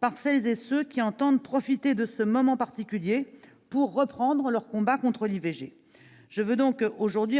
par celles et ceux qui entendent profiter de ce moment particulier pour reprendre leur combat contre l'IVG. Je veux donc